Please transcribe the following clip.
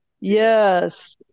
Yes